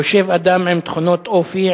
יושב אדם עם תכונות אופי,